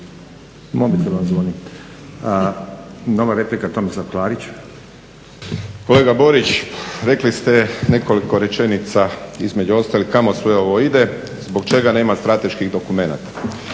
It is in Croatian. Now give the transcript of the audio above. Tomislav Klarić. **Klarić, Tomislav (HDZ)** Kolega Borić rekli ste nekoliko rečenica, između ostalog kamo sve ovo ide, zbog čega nema strateških dokumenata?